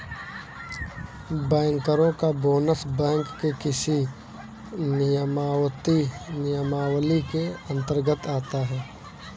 बैंकरों का bonus bank के किस नियमावली के अंतर्गत आता है?